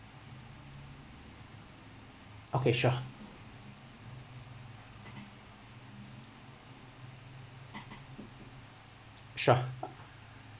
okay sure sure